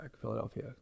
Philadelphia